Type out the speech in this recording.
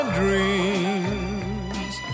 dreams